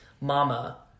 mama